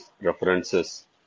references